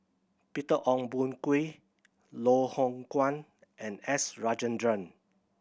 Peter Ong Boon Kwee Loh Hoong Kwan and S Rajendran